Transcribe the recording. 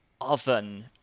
oven